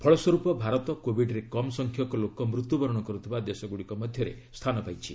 ଫଳ ସ୍ୱରୂପ ଭାରତ କୋବିଡ୍ରେ କମ୍ ସଂଖ୍ୟକ ଲୋକ ମୃତ୍ୟୁବରଣ କରୁଥିବା ଦେଶଗୁଡ଼ିକ ମଧ୍ୟରେ ସ୍ଥାନ ପାଇଛି